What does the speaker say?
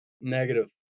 negative